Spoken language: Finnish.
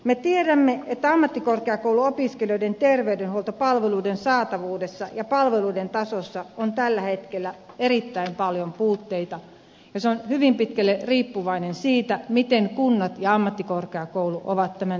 me tiedämme että ammattikorkeakouluopiskelijoiden terveydenhuoltopalveluiden saatavuudessa ja palveluiden tasossa on tällä hetkellä erittäin paljon puutteita ja ne ovat hyvin pitkälle riippuvaisia siitä miten kunnat ja ammattikorkeakoulu ovat ne yhteistyössä tehneet